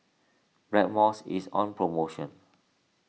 Blackmores is on promotion